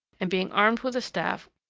and, being armed with a staff,